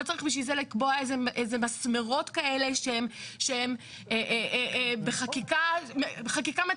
לא צריך בשביל זה לקבוע איזה מסמרות כאלה שהם בחקיקה מתכננת.